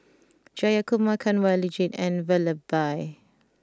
Jayakumar Kanwaljit and Vallabhbhai